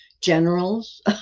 generals